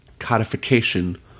codification